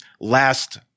last